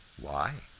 why?